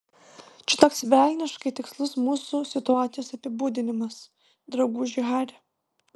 čia toks velniškai tikslus mūsų situacijos apibūdinimas drauguži hari